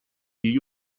gli